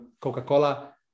Coca-Cola